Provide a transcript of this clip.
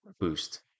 boost